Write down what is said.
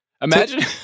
Imagine